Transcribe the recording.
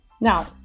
Now